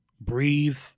Breathe